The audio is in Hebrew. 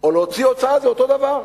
או להוציא הוצאה זה אותו דבר.